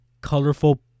colorful